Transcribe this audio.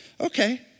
okay